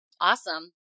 Awesome